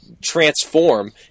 transform